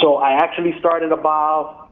so i actually started about